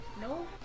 no